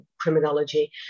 criminology